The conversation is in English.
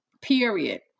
period